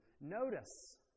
Notice